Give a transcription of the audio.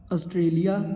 Australia